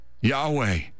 Yahweh